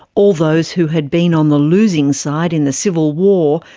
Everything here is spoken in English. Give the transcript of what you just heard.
all those who had been on the losing side in the civil war,